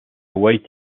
white